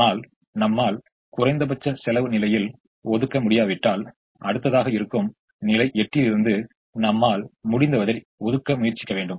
ஆனால் நம்மால் குறைந்தபட்ச செலவு நிலையில் ஒதுக்க முடியாவிட்டால் அடுத்ததாக இருக்கும் நிலை 8 லிருந்து நம்மால் முடிந்தவரை ஒதுக்க முயற்சிக்க வேண்டும்